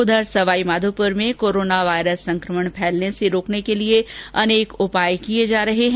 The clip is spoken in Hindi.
उधर सवाईमाधोपुर में कोरोना वायरस संकमण फैलने से रोकने के लिए अनेक उपाय किए जा रहे हैं